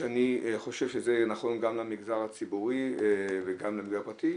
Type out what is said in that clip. שאני חושב שזה נכון גם למגזר הציבורי וגם למגזר הפרטי,